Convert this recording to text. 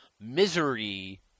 misery